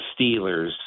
Steelers